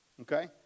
Okay